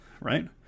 right